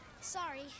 Sorry